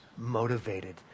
motivated